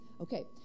Okay